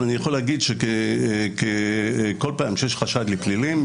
אבל אני יכול להגיד שבכל פעם שיש חשד לפלילים,